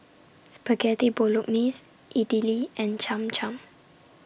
Spaghetti Bolognese Idili and Cham Cham